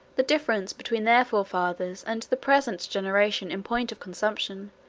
the difference between their forefathers and the present generation, in point of consumption,